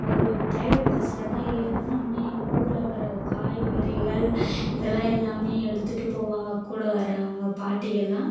ஒரு பிரைவேட் பஸ்ஸில் தான் ஏறுவேன் ஆனால் எங்கள் ஊரில் இருக்கின்ற காய்கறிகள் இதெலாம் எல்லாம் எடுத்துகிட்டு போவாங்க கூட வர்றவங்க பாட்டிகள்லாம்